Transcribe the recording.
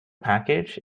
package